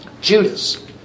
Judas